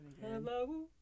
Hello